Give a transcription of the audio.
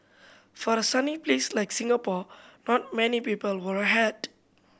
for a sunny place like Singapore not many people wear a hat